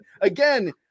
Again